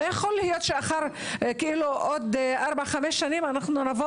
לא יכול להיות שעוד ארבע-חמש שנים נבוא